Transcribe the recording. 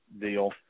deal